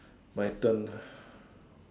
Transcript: my turn